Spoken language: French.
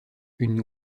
une